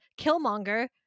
Killmonger